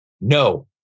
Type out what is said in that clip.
no